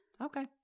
okay